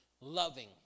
loving